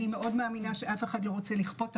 מאוד מאמינה שאף אחד לא רוצה לכפות את